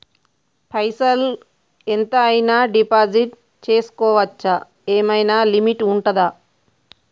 పైసల్ ఎంత అయినా డిపాజిట్ చేస్కోవచ్చా? ఏమైనా లిమిట్ ఉంటదా?